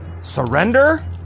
surrender